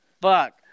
fuck